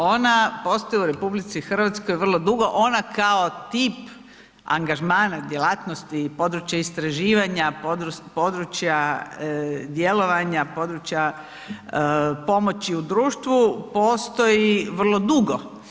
Ona postoji u RH vrlo dugo, ona kao tip angažmana djelatnosti i područje istraživanja, područja djelovanja, područja pomoći u društvu, postoji vrlo dugo.